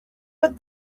but